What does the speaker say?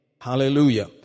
Hallelujah